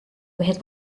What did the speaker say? mehed